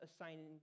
assigning